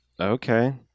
Okay